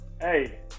hey